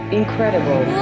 incredible